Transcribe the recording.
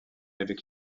avec